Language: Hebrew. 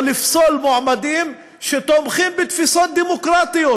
לפסול מועמדים שתומכים בתפיסות דמוקרטיות.